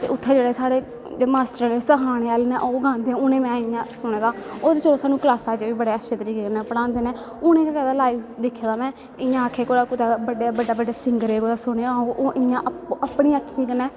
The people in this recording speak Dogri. तेउत्थे जेह्ड़े साढ़े मास्टर सखाने आह्ले नै ओह् सखांदे उनें में इयां सुने दा ओह् ते चलो साह्नू कलासा च बी बड़े अच्छे तरीके नै पढ़ांदे नै उनें कदैं लाईव दिक्खे दा में इयां आक्खै कुदै बड्डे बड्डे सिंगरें गी सुनेआ ओह् इयां अपनी अक्खी कन्नै